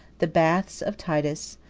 the baths of titus,